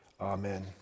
Amen